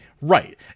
Right